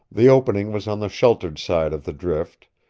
the opening was on the sheltered side of the drift,